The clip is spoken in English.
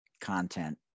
content